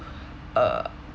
uh